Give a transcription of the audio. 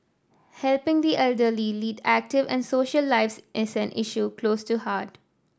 helping the elderly lead active and social lives is an issue close to heart